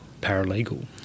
paralegal